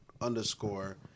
underscore